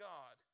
God